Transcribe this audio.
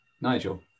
Nigel